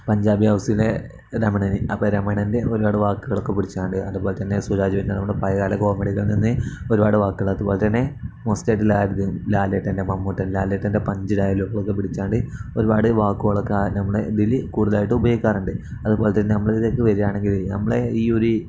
പഞ്ചാബി ഹൗസിലെ രമണൻ അപ്പം രമണൻ്റെ ഒരുപാട് വാക്കുകളൊക്കെ പിടിച്ചു കൊണ്ട് അതുപോലെ തന്നെ സുരാജ് വെഞ്ഞാറമൂട് പയ കാല കോമഡികള നിന്ന് ഒരുപാട് വാക്കുകൾ അതുപോലെതന്നെ മോസ്റ്റായിട്ട് ലാലേട്ടൻ്റെ മമ്മൂട്ടിൻ്റെ ലാലേട്ടൻ്റെ പഞ്ച് ഡയലോഗുകളൊക്കെ പിടിച്ചു കൊണ്ട് ഒരുപാട് വാക്കുകളൊക്കെ നമ്മളെ ഇതിൽ കൂടുതലായിട്ട് ഉപയോഗിക്കാററുണ്ട് അതുപോലെ തന്നെ നമ്മള ഇതിേക്ക് വരികയാണെങ്കില് നമ്മളെ ഈ ഒരി